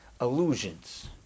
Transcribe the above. illusions